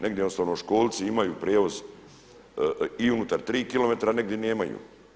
Negdje osnovnoškolci imaju prijevoz i unutar 3 km, a negdje nemaju.